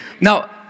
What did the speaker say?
Now